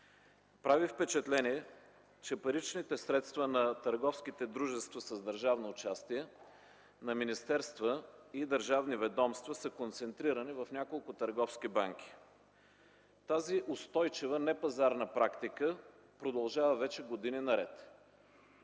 Прави впечатление, че паричните средства на търговските дружества с държавно участие, на министерства и държавни ведомства са концентрирани в няколко търговски банки. Тази устойчива непазарна практика продължава вече години наред.